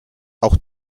auch